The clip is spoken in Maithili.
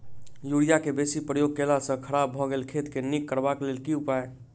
यूरिया केँ बेसी प्रयोग केला सऽ खराब भऽ गेल खेत केँ नीक करबाक लेल की उपाय?